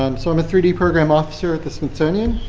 um so, i'm a three d program officer at the smithsonian.